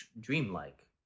dreamlike